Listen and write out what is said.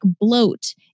bloat